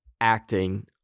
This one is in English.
acting